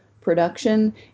production